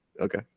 okay